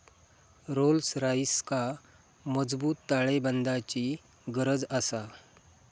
Rolls रॉइसका मजबूत ताळेबंदाची गरज आसा